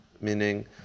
Meaning